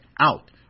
out